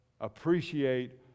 Appreciate